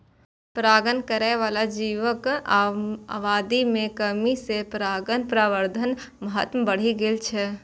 परागण करै बला जीवक आबादी मे कमी सं परागण प्रबंधनक महत्व बढ़ि गेल छै